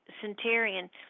centurion